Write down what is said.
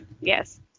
yes